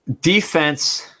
Defense